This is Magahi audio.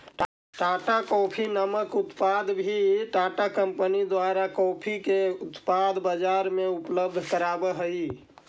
टाटा कॉफी नामक उत्पाद भी टाटा कंपनी द्वारा कॉफी के उत्पाद बजार में उपलब्ध कराब हई